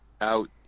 out